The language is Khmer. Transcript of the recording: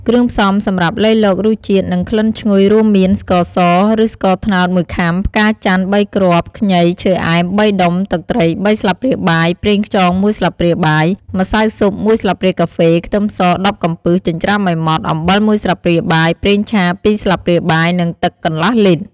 គ្រឿងផ្សំសម្រាប់លៃលករសជាតិ និងក្លិនឈ្ងុយរួមមាន ស្ករស ឬស្ករត្នោត១ ខាំ ផ្កាចន្ទន៍ ៣ គ្រាប់ ខ្ញី ឈើអែម ៣ ដុំ ទឹកត្រី ៣ ស្លាបព្រាបាយ ប្រេងខ្យង ១ ស្លាបព្រាបាយ ម្សៅស៊ុប ១ ស្លាបព្រាកាហ្វេ ខ្ទឹមស ១០ កំពឹស ចិញ្ច្រាំឱ្យម៉ដ្ឋ អំបិល ១ ស្លាបព្រាបាយ ប្រេងឆា ២ ស្លាបព្រាបាយ និង ទឹកកន្លះលីត្រ។